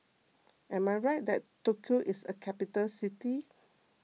am I right that Tokyo is a capital city